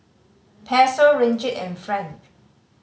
Peso Ringgit and franc